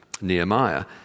Nehemiah